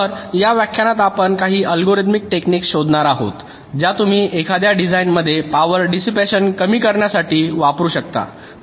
तर या व्याख्यानात आपण काही अल्गोरिदमिक टेक्निक शोधणार आहोत ज्या तुम्ही एखाद्या डिझाइनमध्ये पावर डिसिपॅशन कमी करण्यासाठी वापरू शकता